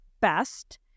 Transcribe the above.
best